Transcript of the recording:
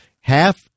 Half